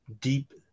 deep